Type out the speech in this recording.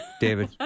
David